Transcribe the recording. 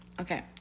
Okay